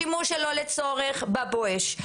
שימוש שלא לצורך בבואש.